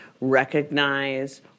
recognize